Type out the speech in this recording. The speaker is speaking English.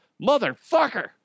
Motherfucker